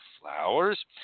flowers